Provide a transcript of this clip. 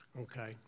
Okay